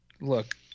Look